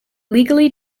legally